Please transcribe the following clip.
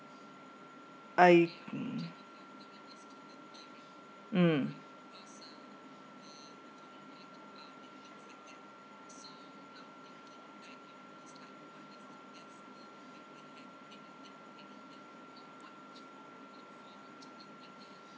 I mm